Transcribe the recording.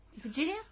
Virginia